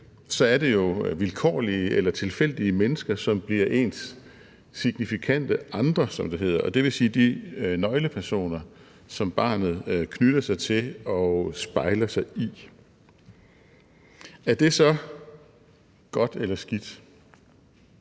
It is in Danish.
er det jo vilkårlige eller tilfældige mennesker, som bliver ens signifikante andre, som det hedder, det vil sige de nøglepersoner, som barnet knytter sig til og spejler sig i. Er det så godt eller skidt?